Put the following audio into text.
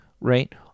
right